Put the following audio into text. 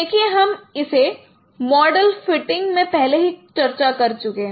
देखिए हम इसे मॉडल फिटिंग में पहले ही चर्चा कर चुके हैं